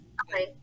okay